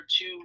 two